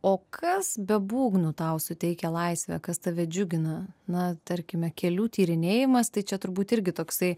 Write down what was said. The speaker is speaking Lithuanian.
o kas be būgnų tau suteikia laisvę kas tave džiugina na tarkime kelių tyrinėjimas tai čia turbūt irgi toksai